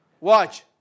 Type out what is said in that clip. Watch